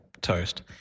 toast